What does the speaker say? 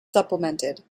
supplemented